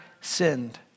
sinned